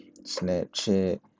Snapchat